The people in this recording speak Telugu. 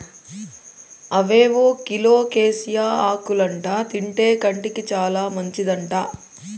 అవేవో కోలోకేసియా ఆకులంట తింటే కంటికి చాలా మంచిదంట